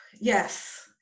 Yes